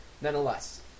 nonetheless